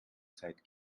zeit